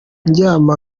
ndyama